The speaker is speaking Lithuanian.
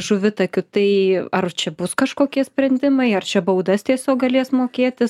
žuvitakių tai ar čia bus kažkokie sprendimai ar čia baudas tiesiog galės mokėtis